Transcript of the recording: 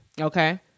Okay